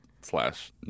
slash